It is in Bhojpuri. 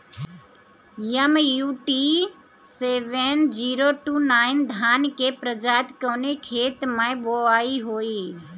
MUT seven zero two nine धान के प्रजाति कवने खेत मै बोआई होई?